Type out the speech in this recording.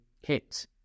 hit